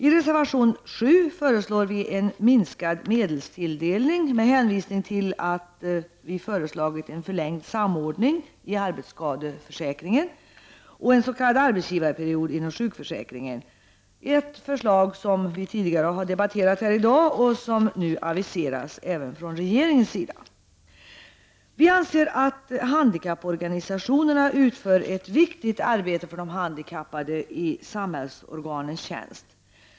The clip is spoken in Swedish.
I reservation 7 föreslår vi en minskad medelstilldelning med hänvisning till att vi har föreslagit en förlängd samordning i arbetsskadeförsäkringen och en s.k. arbetsgivarperiod inom sjukförsäkringen — ett förslag som vi tidigare har debatterat här i dag och som nu aviseras även från regeringens sida. Vi anser att handikapporganisationerna utför ett viktigt arbete för de handikappade i samhällsorganens tjänst.